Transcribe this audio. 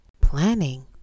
planning